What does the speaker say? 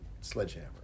sledgehammer